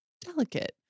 delicate